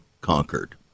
conquered